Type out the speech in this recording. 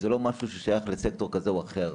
וזה לא משהו ששייך לסקטור כזה או אחר.